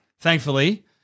Thankfully